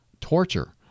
torture